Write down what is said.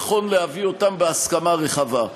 נכון להביא אותן בהסכמה רחבה.